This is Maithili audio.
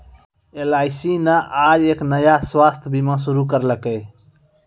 एल.आई.सी न आज एक नया स्वास्थ्य बीमा शुरू करैलकै